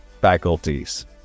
faculties